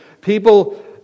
people